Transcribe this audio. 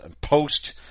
post